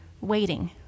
Waiting